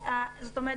זאת אומרת,